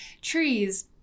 trees